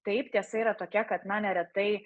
taip tiesa yra tokia kad na neretai